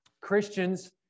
Christians